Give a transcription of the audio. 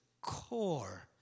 core